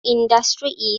industry